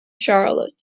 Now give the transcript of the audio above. charlotte